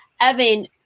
Evan